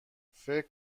فکر